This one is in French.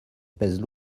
pèsent